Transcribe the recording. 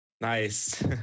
nice